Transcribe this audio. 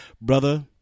brother